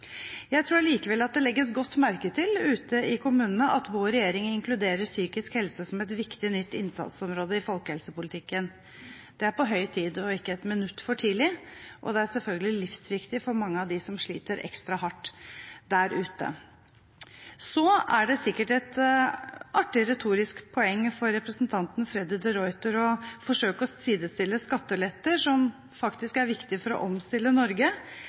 Jeg tror det legges godt merke til ute i kommunene at vår regjering inkluderer psykisk helse som et viktig nytt innsatsområde i folkehelsepolitikken. Det er på høy tid og ikke et minutt for tidlig – og det er selvfølgelig livsviktig for mange av dem som sliter ekstra hardt der ute. Det er sikkert et artig retorisk poeng for representanten Freddy de Ruiter å forsøke å sidestille skatteletter, som faktisk er viktig for å omstille Norge,